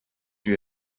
you